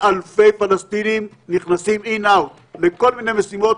אלפי פלסטינים נכנסים out-in לכל מיני משימות,